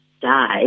die